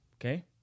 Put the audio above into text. okay